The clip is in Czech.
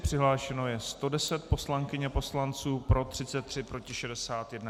Přihlášeno je 110 poslankyň a poslanců, pro 33, proti 61.